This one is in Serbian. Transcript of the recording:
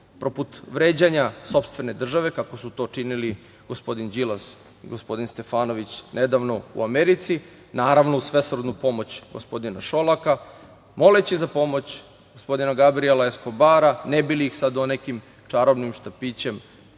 poput vređanja sopstvene države, kako su to činili gospodin Đilas i gospodin Stefanović nedavno u Americi, naravno uz svesrdnu pomoć gospodina Šolaka, moleći za pomoć gospodina Gabrijela Eskobara ne bi li ih on nekim čarobnim štapićem